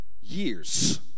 Years